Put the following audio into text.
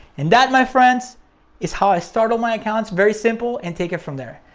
and that my friends is how i started my accounts very simple and take it from there.